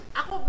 ako